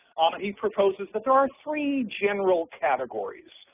um and he proposes that there are three general categories,